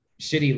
shitty